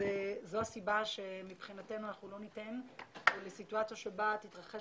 זאת הסיבה שמבחינתנו אנחנו לא ניתן לסיטואציה בה תתרחש